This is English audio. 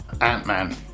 Ant-Man